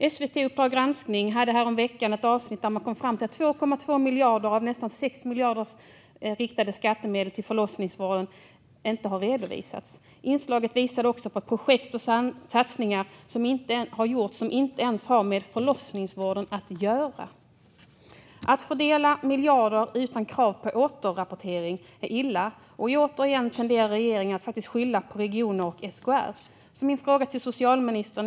I SVT:s Uppdrag granskning uppgavs häromveckan att 2,2 miljarder av nästan 6 miljarder i riktade skattemedel till förlossningsvården inte har redovisats. Inslaget visade också att projekt och satsningar har gjorts som inte ens har med förlossningsvården att göra. Att fördela miljarder utan krav på återrapport är illa, och återigen tenderar regeringen att skylla på regioner och SKR.